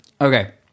Okay